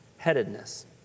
headedness